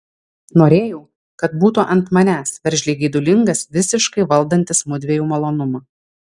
norėjau kad būtų ant manęs veržliai geidulingas visiškai valdantis mudviejų malonumą